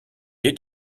est